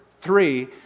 three